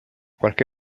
qualche